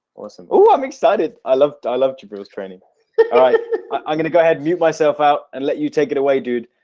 awesome. oh, i'm excited. i loved i love to pose training alright i'm going to go ahead and mute myself out and let you take it away, dude